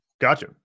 gotcha